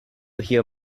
hear